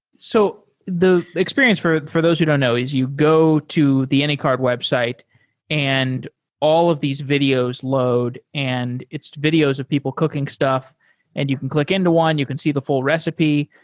so the experience for for those who don't know, is you go to the anycart website and all of these videos load and it's videos of people cooking stuff and you can click into one. you can see the full recipe.